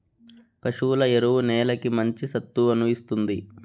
పశువుల ఎరువు నేలకి మంచి సత్తువను ఇస్తుంది